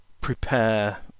prepare